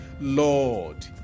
Lord